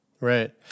Right